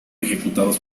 ejecutados